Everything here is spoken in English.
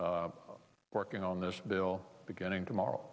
working on this bill beginning tomorrow